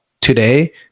today